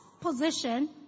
position